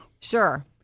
Sure